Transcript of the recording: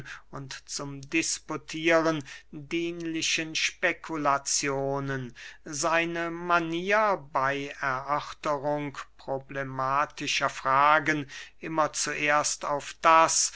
und zum disputieren dienlichen spekulazionen seine manier bey erörterung problematischer fragen immer zuerst auf das